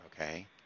okay